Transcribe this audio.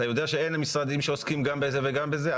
אתה יודע שאין משרדים שעוסקים גם בזה וגם בזה?